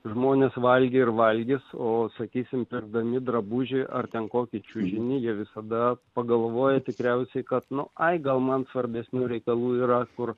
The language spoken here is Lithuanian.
žmonės valgė ir valgys o sakysime pirkdami drabužį ar ten kokį čiužinyje visada pagalvoja tikriausiai kad nu ai gal man svarbesnių reikalų yra kur